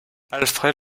alfred